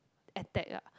attack ah